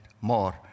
more